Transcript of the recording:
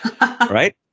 right